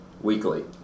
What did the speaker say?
weekly